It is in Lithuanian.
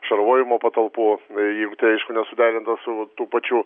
šarvojimo patalpų jeigu tai aišku nesuderinta su tų pačių